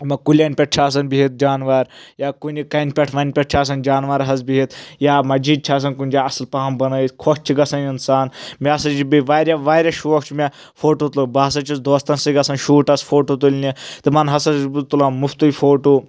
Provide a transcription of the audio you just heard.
یِمو کُلؠن پؠٹھ چھِ آسان بِہِتھ جاناوار یا کُنہِ کَنہِ پؠٹھ وَنہِ پؠٹھ چھِ آسان جاناوار حظ بِہِتھ یا مسجد چھِ آسان کُنہِ جایہِ اصٕل پہم بنٲیِتھ خۄش چھِ گژھان انسان مےٚ ہسا چھِ بیٚیہِ واریاہ واریاہ شوق چھُ مےٚ فوٹو تُلُن بہٕ ہسا چھُس دوستن سۭتۍ گژھان شوٗٹس فوٹو تُلنہِ تِمن ہسا چھُس بہٕ تُلان مُفتٕے فوٹو